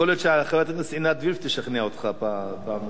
יכול להיות שחברת הכנסת עינת וילף תשכנע אותך פעם נוספת.